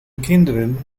kinderen